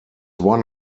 one